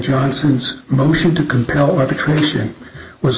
johnson's motion to compel arbitration was